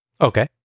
Okay